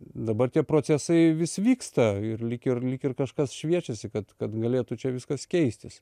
dabar tie procesai vis vyksta ir lyg ir lyg ir kažkas šviečiasi kad kad galėtų čia viskas keistis